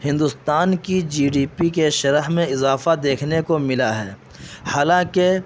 ہندوستان کی G D P کے شرح میں اضافہ دیکھنے کو ملا ہے حالانکہ